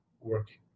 working